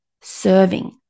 serving